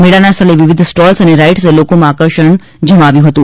મેળાના સ્થળે વિવિધ સ્ટોલ અને રાઇડસે લોકોમાં આકર્ષણ જમાવ્યું હતું